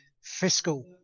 fiscal